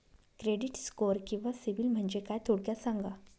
Credit score किंवा CIBIL म्हणजे काय? थोडक्यात सांगा